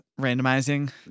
randomizing